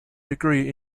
degree